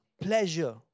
pleasure